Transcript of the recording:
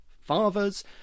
fathers